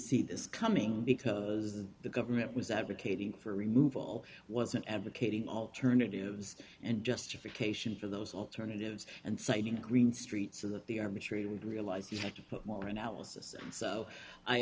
see this coming because the government was advocating for removal wasn't advocating alternatives and justification for those alternatives and citing green street so that the arbitrator would realize you had to put more analysis so i